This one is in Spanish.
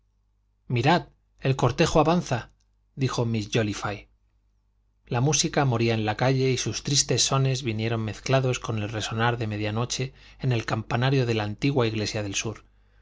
mirad el cortejo avanza dijo miss jóliffe la música moría en la calle y sus tristes sones vinieron mezclados con el resonar de media noche en el campanario de la antigua iglesia del sur y